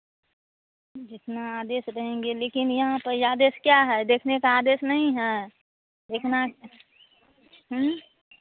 जितना आदेश रहेंगे लेकिन यहाँ पर आदेश क्या है देखने का आदेश नहीं है देखना